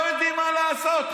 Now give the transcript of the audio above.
לא יודעים מה לעשות,